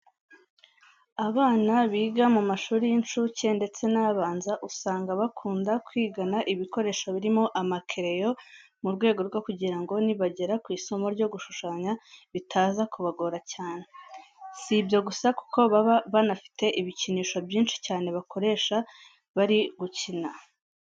Abana biga mu mashuri y'inshuke ndetse n'abanza, usanga bakunda kwigana ibikoresho birimo amakereyo mu rwego rwo kugira ngo nibagera ku isomo ryo gushushanya bitaza kubagora cyane. Si ibyo gusa kuko baba banafite ibikinisho byinshi cyane bakoresha bari gukina.